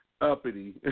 uppity